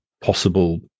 possible